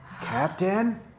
Captain